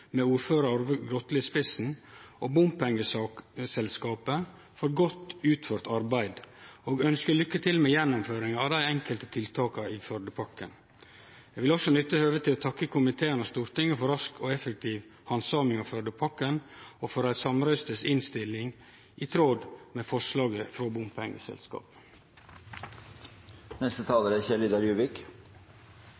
med ordførar Grotle i spissen, og bompengeselskapet, for godt utført arbeid og ønskje lykke til med gjennomføringa av dei enkelte tiltaka i Førdepakken. Eg vil også nytte høvet til å takke komiteen og Stortinget for rask og effektiv handsaming av Førdepakken, og for ei samrøystes innstilling i tråd med forslaget frå